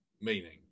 meaning